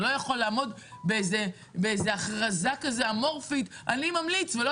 זה לא יכול לעמוד באיזו הכרזה אמורפית "אני ממליץ" ולא